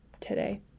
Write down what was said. today